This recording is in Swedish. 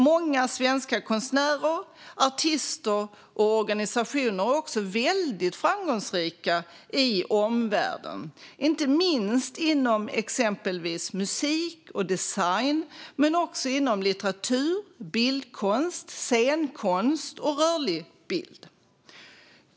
Många svenska konstnärer, artister och organisationer är också väldigt framgångsrika i omvärlden, inte minst inom exempelvis musik och design, men också inom litteratur, bildkonst, scenkonst och rörlig bild.